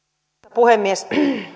puhemies